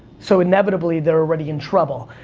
so inevitably, they're already in trouble,